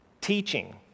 teaching